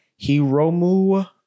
Hiromu